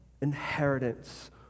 inheritance